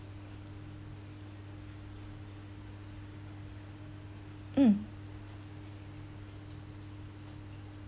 mm